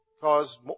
cause